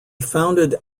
founded